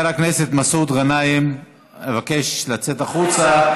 חבר הכנסת מסעוד גנאים, אבקש לצאת החוצה.